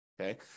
okay